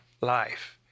life